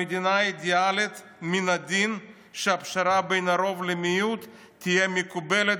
במדינה אידיאלית מן הדין שהפשרה בין הרוב למיעוט תהיה מקובלת